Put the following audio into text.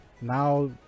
now